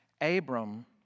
Abram